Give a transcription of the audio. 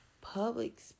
public